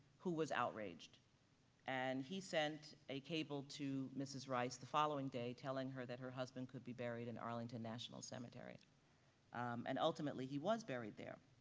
who was outraged and he sent a cable to mrs. rice the following day telling her that her husband could be buried in arlington national cemetery and ultimately, he was buried there.